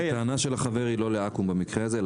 הטענה של החבר היא לא לאקו"ם במקרה הזה,